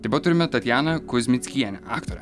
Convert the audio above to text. taip pat turime tatjaną kuzmickienę aktorę